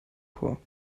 chor